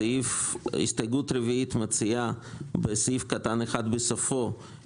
הסתייגות רביעית מציעה בסעיף קטן (1) בסופו